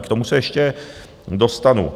K tomu se ještě dostanu.